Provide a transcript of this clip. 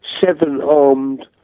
seven-armed